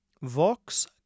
Vox